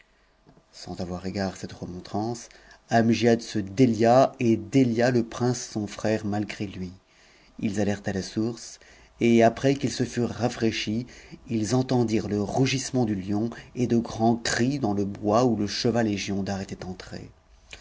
sans avoir égard à cette remontrance amgiad se délia et de ia prince son frère malgi'é lui ils altèrent à la source et après qu'ils se furent rafraîchis ils entendirent le rugissement du lion et de grands cris dans le bois où le cheval et giondar étaient entrés